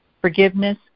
Forgiveness